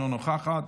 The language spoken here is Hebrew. אינה נוכחת,